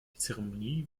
zeremonie